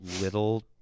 little